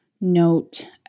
note